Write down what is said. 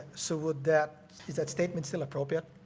so would that is that statement still appropriate?